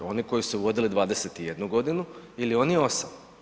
Oni koji su ju vodili 21 godinu ili oni 8?